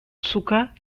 zucker